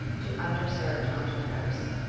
to underserved entrepreneurs.